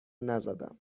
نزدم